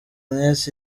agnes